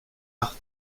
art